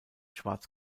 schwarz